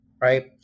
right